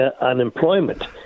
unemployment